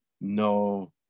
no